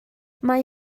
mae